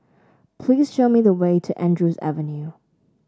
please show me the way to Andrews Avenue